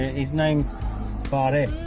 his name's bari.